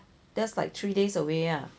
that's like three days away ah